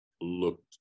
looked